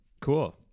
Cool